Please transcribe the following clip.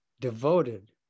devoted